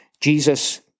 Jesus